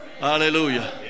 Hallelujah